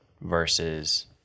versus